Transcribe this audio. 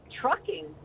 trucking